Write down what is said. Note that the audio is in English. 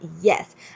yes